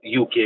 UK